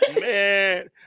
man